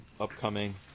upcoming